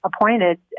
appointed